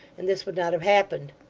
and this would not have happened.